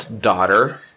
daughter